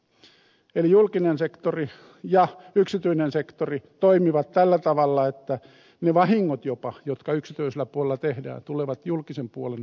eli julkinen sektori ja yksityinen sektori toimivat tällä tavalla että jopa ne vahingot jotka yksityisellä puolella tehdään tulevat julkisen puolen vastattavaksi